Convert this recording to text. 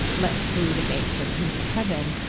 and let through the gates of, into heaven,